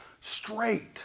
straight